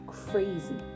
crazy